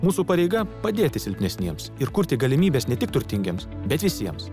mūsų pareiga padėti silpnesniems ir kurti galimybes ne tik turtingiems bet visiems